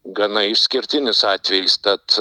gana išskirtinis atvejis tad